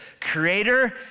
creator